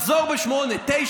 לחזור ב-08:00,